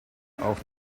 auch